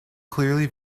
clearly